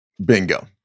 Bingo